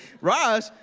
Raj